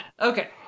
Okay